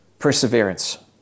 Perseverance